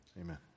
Amen